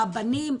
הבנים,